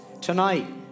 Tonight